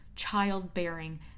childbearing